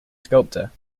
sculptor